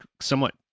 somewhat